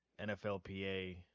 NFLPA